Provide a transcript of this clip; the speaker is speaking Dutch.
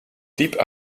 diep